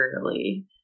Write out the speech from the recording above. early